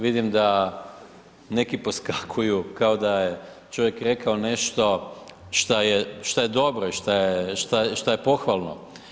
Vidim da neki poskakuju kao da je čovjek rekao nešto šta je dobro i šta je pohvalno.